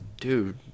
Dude